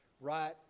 right